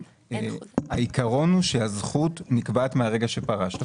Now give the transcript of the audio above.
העיקרון הוא שהזכות נקבעת מהרגע שפרשת.